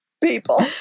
people